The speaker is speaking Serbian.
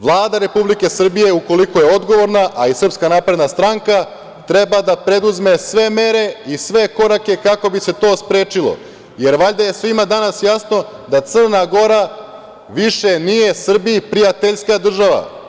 Vlada Republike Srbije, ukoliko je odgovorna, a i SNS treba da preduzme sve mere i sve korake kako bi se to sprečilo, jer valjda je svima danas jasno da Crna Gora više nije Srbiji prijateljska država.